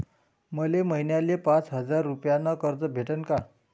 मले महिन्याले पाच हजार रुपयानं कर्ज भेटन का?